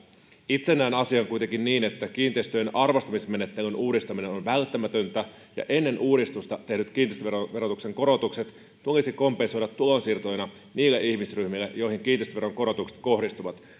itse näen asian kuitenkin niin että kiinteistöjen arvostamismenettelyn uudistaminen on on välttämätöntä ja ennen uudistusta tehdyt kiinteistöveron korotukset tulisi kompensoida tulonsiirtoina niille ihmisryhmille joihin kiinteistöveron korotukset kohdistuvat